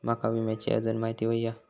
माका विम्याची आजून माहिती व्हयी हा?